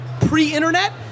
pre-internet